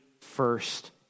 first